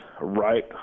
right